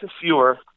fewer